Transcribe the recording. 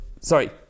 Sorry